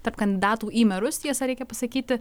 tarp kandidatų į merus tiesa reikia pasakyti